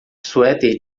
suéter